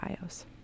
bios